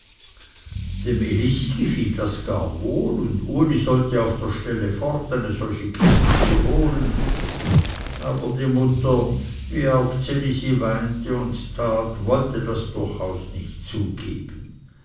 dem elisi gefiel das gar wohl und uli sollte auf der stelle fort eine solche kiste zu holen aber die mutter wie auch ds elisi weinte und tat wollte das durchaus nicht zugeben